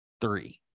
three